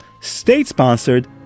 state-sponsored